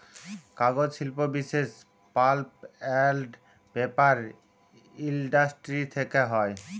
কাগজ শিল্প বিশেষ পাল্প এল্ড পেপার ইলডাসটিরি থ্যাকে হ্যয়